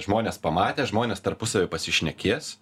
žmonės pamatė žmonės tarpusavy pasišnekės